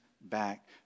back